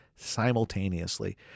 simultaneously